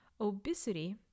Obesity